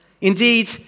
Indeed